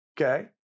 okay